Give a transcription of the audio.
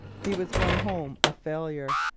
he was going home a failure,